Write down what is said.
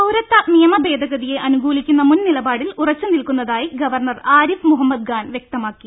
പൌരത്വ നിയമ ഭേദഗതിയെ അനുകൂലിക്കുന്ന മുൻനിലപാ ടിൽ ഉറച്ചുനിൽക്കുന്നതായി ഗവർണർ ആരിഫ് മുഹമ്മദ് ഖാൻ വ്യക്തമാക്കി